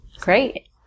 Great